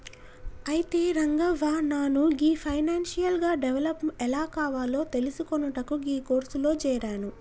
అయితే రంగవ్వ నాను గీ ఫైనాన్షియల్ గా డెవలప్ ఎలా కావాలో తెలిసికొనుటకు గీ కోర్సులో జేరాను